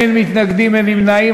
אין מתנגדים, אין נמנעים.